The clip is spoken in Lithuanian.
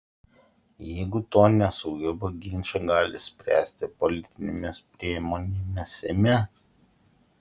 jeigu to nesugeba ginčą gali spręsti politinėmis priemonėmis seime